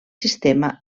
sistema